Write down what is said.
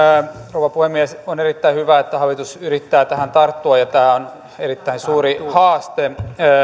rouva puhemies on erittäin hyvä että hallitus yrittää tähän tarttua ja tämä on erittäin suuri haaste